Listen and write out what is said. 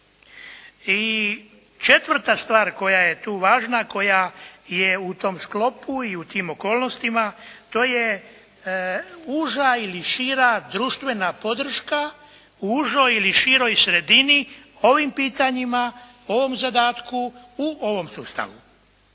I četvrta stvar koja je tu važna, koja je u tom sklopu i u tim okolnostima, to je uža ili šira društvena podrška, užoj ili široj sredini ovim pitanjima, ovom zadatku u ovom sustavu.